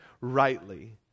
rightly